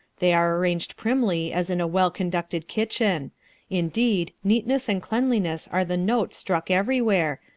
they are arranged primly as in a well-conducted kitchen indeed, neatness and cleanliness are the note struck everywhere,